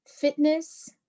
fitness